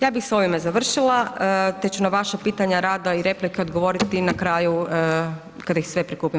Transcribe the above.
Ja bih s ovime završila te ću na vaša pitanja rado i replike odgovoriti na kraju, kad ih sve prikupim.